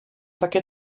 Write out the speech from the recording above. takie